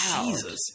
Jesus